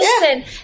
listen